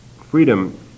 freedom